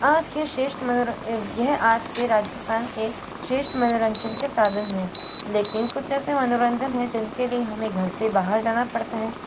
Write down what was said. आज के श्रेष्ठ यह आज के राजस्थान के श्रेष्ठ मनोरंजन के साधन हैं लेकिन कुछ ऐसे मनोरंजन है जिनके लिए हमें घर से बाहर जाना पड़ता है